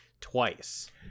twice